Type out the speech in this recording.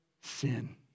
sin